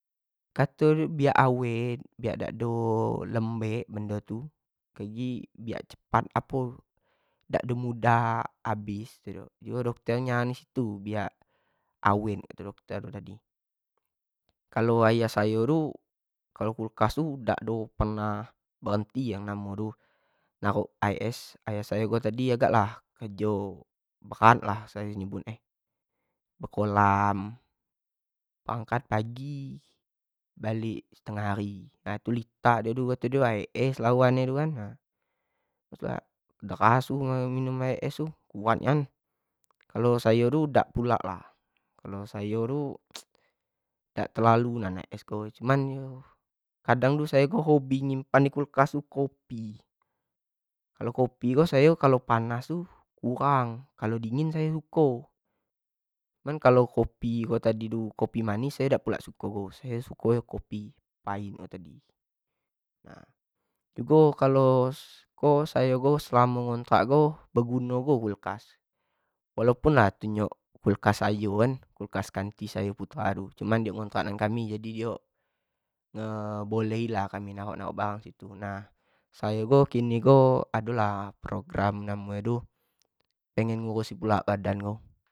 Kato bia awet, biak dak ado lembek bendo tu, kagek biak cepat apo dak ado mudah habis dio dokter nyuruhnaok situ tadi, biak awet kato dokter, kalo ayah sayo tu kalo kulkas tu dak ado pernah berenti yang namo nyo tu narok aek es, ayah sayo tadi agak lah kerjo, berat lah sayo nyebut nyo, kureh kolam, berangkat pagi, balek stengah hari itu tu litak dio tu butuh aek es gitu kan, deras minum aek es tu kan, kuat nian kalo sayo tu dak pula lah, kalo sayo tu dak terlalu lah nak es tu cuma, kadang tu sayo hobby nyimpan di kulkas tu, kopi, kalau kopi tu sayo kalau panas tu kurang, kalo dingin sayo suko, cuma kalo kopi ko kopi manis sayo dak pulak suko, sayo suko kopi ko kopi pahit tu dai, nah jugo suko sayo ko selamo ngontrak ko beguno go kulkas, walaupun na itu nyo kulkas sayo kan kulkas kanti sayo tu baru cuma diok ngontrak samo kami jadi dio bolehin lah kami narok-narok barang situ nha, sayo ko kini ko ado lha program-program namo nyo tu penegnngurusin pulak badan tu.